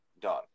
done